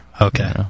Okay